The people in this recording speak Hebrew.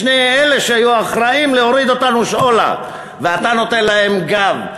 שני אלה שהיו אחראים להוריד אותנו שאולה ואתה נותן להם גב.